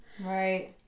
Right